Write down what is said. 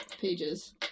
pages